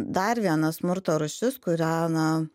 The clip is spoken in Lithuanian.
dar viena smurto rūšis kurią na